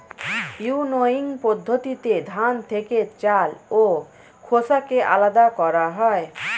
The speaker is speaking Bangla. উইনোইং পদ্ধতিতে ধান থেকে চাল ও খোসাকে আলাদা করা হয়